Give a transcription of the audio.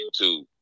YouTube